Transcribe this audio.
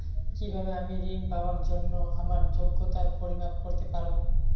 কিভাবে আমি ঋন পাওয়ার জন্য আমার যোগ্যতার পরিমাপ করতে পারব?